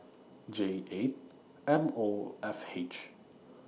J eight M O F H